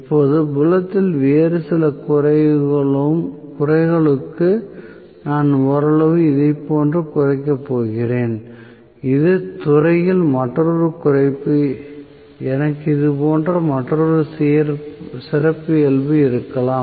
இப்போது புலத்தில் வேறு சில குறைப்புகளுக்கு நான் ஓரளவு இதைப் போன்று குறைக்கப் போகிறேன் இது துறையில் மற்றொரு குறைப்பு எனக்கு இதுபோன்ற மற்றொரு சிறப்பியல்பு இருக்கலாம்